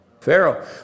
Pharaoh